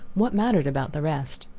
what mattered about the rest?